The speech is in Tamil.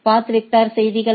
பாத் வெக்டர்செய்திகள்